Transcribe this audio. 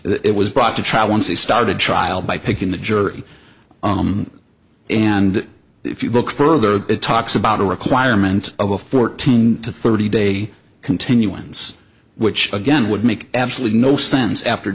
it was brought to trial once he started trial by picking the jury and if you look further it talks about a requirement of a fourteen to thirty day continuance which again would make absolutely no sense after